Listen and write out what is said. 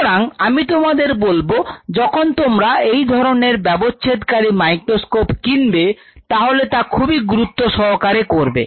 সুতরাং আমি তোমাদের বলব যখন তোমরা এই ধরনের ব্যবচ্ছেদ কারী মাইক্রোস্কোপ কিনবে তাহলে তা খুবই গুরুত্ব সহকারে করবে